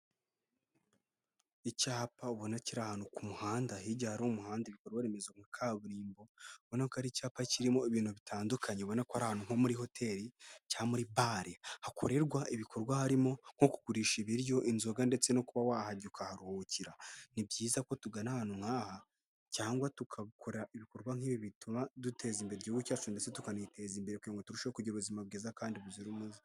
Icyapa ubona kiri ahantu ku muhanda, hirya hari umuhanda, ibikorwa remezo nka kaburimbo, ubona ko ari icyapa kirimo ibintu bitandukanye, ubona ko ari ahantu nko muri hoteli cyangwa muri bale hakorerwa ibikorwa harimo nko kugurisha ibiryo, inzoga, ndetse no kuba wahajya ukaharuhukira. Ni byiza ko tugana ahantu nk'aha cyangwa tugakora ibikorwa nk'ibi bituma duteza imbere igihugu cyacu, ndetse tukaniteza imbere kugirango turusheho kugira ubuzima bwiza kandi buzira umuze.